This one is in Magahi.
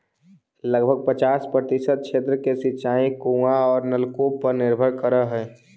लगभग पचास प्रतिशत क्षेत्र के सिंचाई कुआँ औ नलकूप पर निर्भर करऽ हई